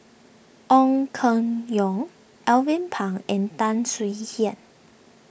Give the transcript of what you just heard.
Ong Keng Yong Alvin Pang and Tan Swie Hian